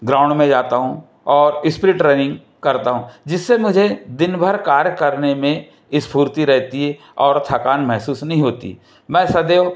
ground में जाता हूँ और इस्पीड ट्रेनिंग करता हूँ जिससे मुझे दिनभर कार्य करने में स्फ़ूर्ति रहती है और थकान महसूस नहीं होती मैं सदैव